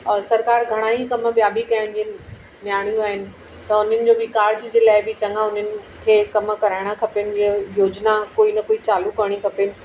और सरकार घणा ई कम ॿिया बि कयन जीअं न्याणियूं आहिनि त उन्हनि जो बि कारज जे लाइ बि चङा उन्हनि खे कम कराइणा खपेन जीअं योजना कोई न कोई चालू करिणी खपेन